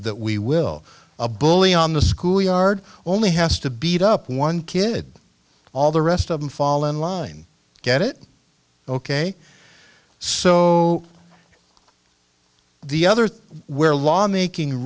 that we will a bully on the school yard only has to beat up one kid all the rest of them fall in line get it ok so the other thing where law making